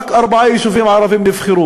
אובייקטיביים ושוויוניים.